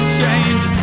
change